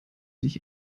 sich